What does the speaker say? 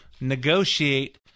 negotiate